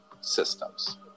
systems